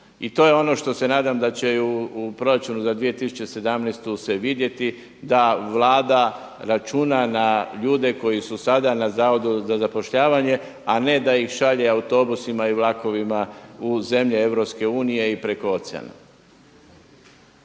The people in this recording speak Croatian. I to je ono što se nadam da će u proračunu za 2017. se vidjeti da Vlada računa na ljude koji su sada na Zavodu za zapošljavanje, a ne da ih šalje autobusima i vlakovima u zemlje EU i preko oceana.